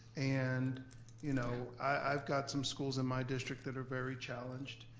and you know i've got some schools in my district that are very challenged,